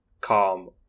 calm